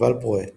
ואלפרואט